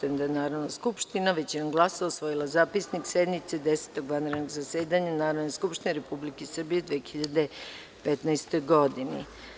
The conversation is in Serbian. Konstatujem da je Narodna skupština većinom glasova usvojila Zapisnik sednice 10. vanrednog zasedanja Narodne skupštine Republike Srbije u 2015. godini.